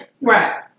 Right